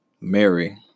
Mary